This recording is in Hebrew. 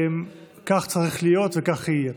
כך צריך להיות וכך יהיה.